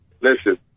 listen